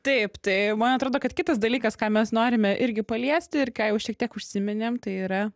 taip tai man atrodo kad kitas dalykas ką mes norime irgi paliesti ir kai jau šiek tiek užsiminėmem tai yra